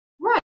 Right